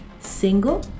single